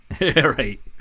right